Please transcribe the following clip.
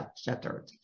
shattered